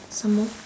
some more